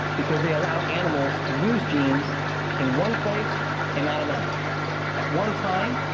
because they allow animals to use genes in one place and not another at one time,